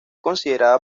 considerada